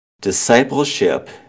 Discipleship